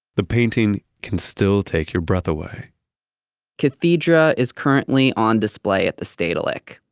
the painting can still take your breath away cathedra is currently on display at the stedelijk,